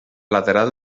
lateral